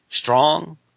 strong